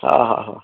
हा हा हा